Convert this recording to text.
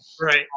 Right